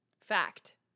Fact